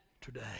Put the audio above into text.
today